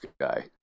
guy